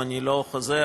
אני לא חוזר,